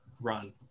run